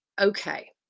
okay